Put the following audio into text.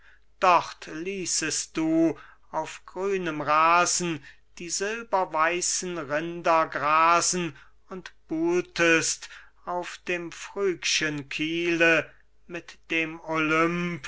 dort ließest du auf grünem rasen die silberweißen rinder grasen und buhltest auf dem phryg'schen kiele mit dem olymp